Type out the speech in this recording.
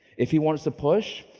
if he wanted to push,